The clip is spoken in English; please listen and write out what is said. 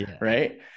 right